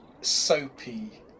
soapy